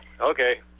okay